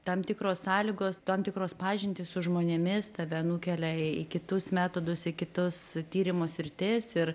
tam tikros sąlygos tam tikros pažintys su žmonėmis tave nukelia į kitus metodus į kitus tyrimo sritis ir